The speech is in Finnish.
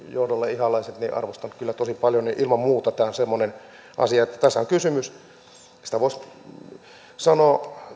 ihalaista arvostan kyllä tosi paljon ilman muuta tämä on semmoinen asia että tässä on kysymys voisi sanoa